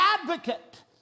advocate